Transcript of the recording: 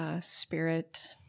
spirit